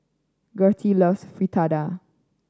Gertie loves Fritada